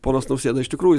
ponas nausėda iš tikrųjų